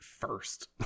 first